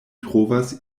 trovas